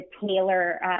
tailor